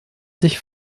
sich